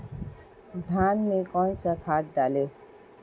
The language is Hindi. धान में कौन सा खाद डालें?